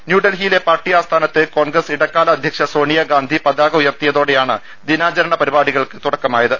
ന്യൂഡൽഹിയിലെ പാർട്ടി ആസ്ഥാനത്ത് കോൺഗ്രസ് ഇടക്കാല അധ്യക്ഷ സോണിയാ ഗാന്ധി പതാക ഉയർത്തിയതോടെയാണ് ദിനാചരണ പരിപാടി കൾക്ക് തുടക്കമായത്